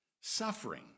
suffering